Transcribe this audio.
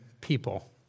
people